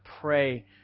pray